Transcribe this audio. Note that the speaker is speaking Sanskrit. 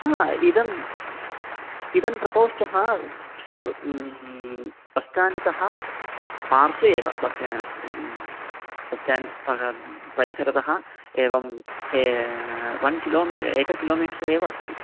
हा इदम् इदं प्रकोष्ठः सूर् बस् स्टाण्ड् तः पार्श्वे एव बस् यानस्य बस् बस्टाण्ड् परिसरतः एवम् ओन् करोमि एकं किलोमीटर् एवम् अस्ति